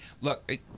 look